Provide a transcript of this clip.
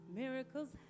miracles